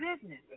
business